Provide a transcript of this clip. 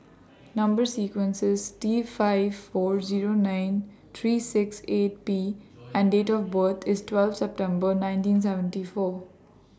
Number sequence IS T five four Zero nine three six eight P and Date of birth IS twelve September nineteen seventy four